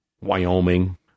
Wyoming